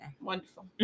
wonderful